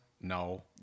no